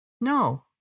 No